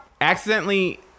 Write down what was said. accidentally